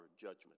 judgment